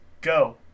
go